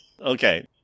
Okay